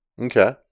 Okay